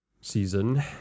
season